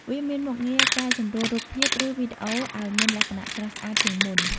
វាមានមុខងារកែសម្រួលរូបភាពឬវីដេអូឱ្យមានលក្ខណៈស្រស់ស្អាតជាងមុន។